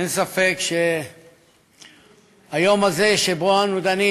אין ספק שהיום הזה שבו אנו דנים